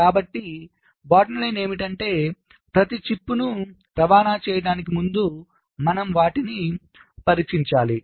కాబట్టి bottom line ఏమిటంటే ప్రతి చిప్ను రవాణా చేయడానికి ముందు మనం వాటిని పరీక్షించాలి